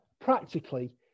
practically